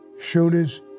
shooters